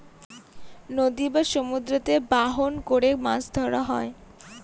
নদী বা সমুদ্রতে বাহন করে মাছ ধরা হয়